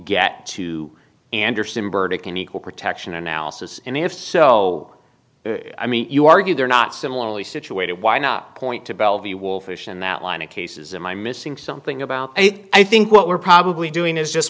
get to anderson burdekin equal protection analysis and if so i mean you argue they're not similarly situated why not point to bellevue wolfish and that line of cases i'm i'm missing something about it i think what we're probably doing is just